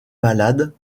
malades